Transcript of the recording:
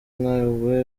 nawe